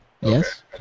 Yes